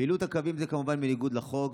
פעילות הקווים היא כמובן בניגוד לחוק,